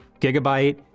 Gigabyte